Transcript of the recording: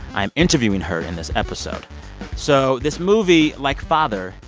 i'm interviewing her in this episode so this movie, like father,